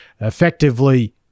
effectively